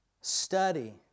Study